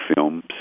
films